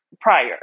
prior